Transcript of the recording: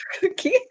cookie